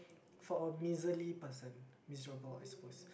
for a miserly person miserable I suppose